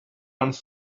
and